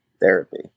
therapy